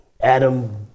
Adam